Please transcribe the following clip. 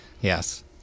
Yes